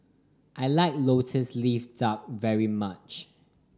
I like Lotus Leaf Duck very much